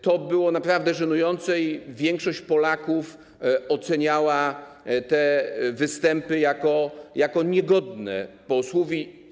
To było naprawdę żenujące i większość Polaków oceniała te występy jako niegodne posłów.